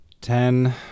ten